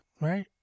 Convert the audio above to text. right